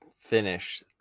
finish